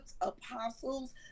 apostles